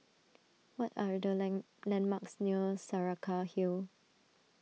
what are the land landmarks near Saraca Hill